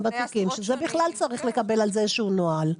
שזה בכלל צריך לקבל על זה איזשהו נוהל.